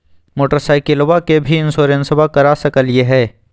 मोटरसाइकिलबा के भी इंसोरेंसबा करा सकलीय है?